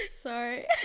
sorry